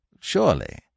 surely